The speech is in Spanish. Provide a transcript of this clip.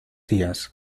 días